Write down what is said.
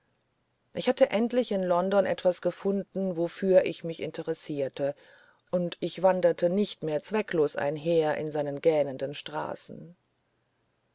ich hatte endlich in london etwas gefunden wofür ich mich interessierte und ich wanderte nicht mehr zwecklos einher in seinen gähnenden straßen